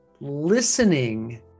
listening